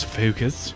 focus